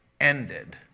ended